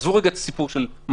זה לא עניין של מה יגידו.